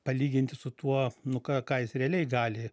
palyginti su tuo nu ką ką jis realiai gali